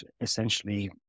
essentially